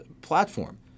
platform